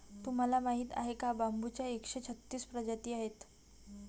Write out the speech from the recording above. तुम्हाला माहीत आहे का बांबूच्या एकशे छत्तीस प्रजाती आहेत